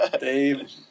Dave